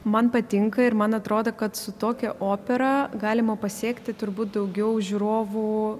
man patinka ir man atrodo kad su tokia opera galima pasiekti turbūt daugiau žiūrovų